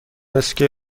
اسکی